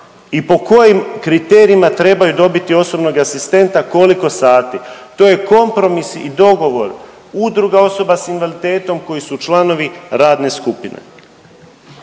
i po kojim kriterijima trebaju dobiti osobnog asistenta koliko sati. To je kompromis i dogovor udruga osoba s invaliditetom koji su članovi radne skupine.